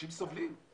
אנשים סובלים.